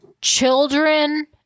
children